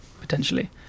potentially